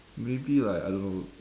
maybe like I don't know